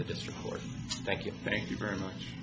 the district court thank you thank you very much